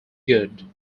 good